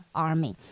army